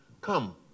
come